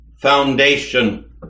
foundation